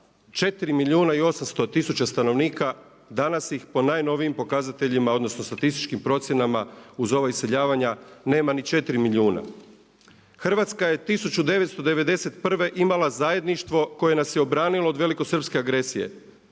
4 milijuna i 800 tisuća stanovnika, danas ih po najnovijim pokazateljima odnosno statističkim procjenama uz ova iseljavanja nema ni 4 milijuna. Hrvatska je 1991. imala zajedništvo koje nas je obranilo od velikosrpske agresije.